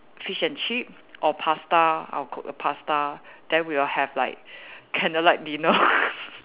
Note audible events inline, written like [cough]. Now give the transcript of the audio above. fish and chip or pasta I'll cook a pasta then we will have like candlelit dinner [laughs]